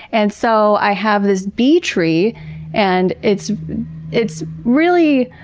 and so, i have this bee tree and it's it's really,